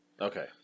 Okay